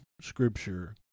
scripture